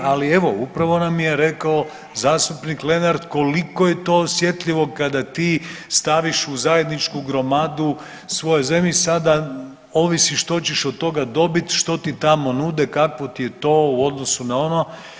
Ali evo, upravo nam je rekao zastupnik Lenart koliko je to osjetljivo kada ti staviš u zajedničku gromadu svoju zemlju, sada ovisiš što ćeš od toga dobit, što ti tamo nude, kakvo ti je to u odnosu na ono.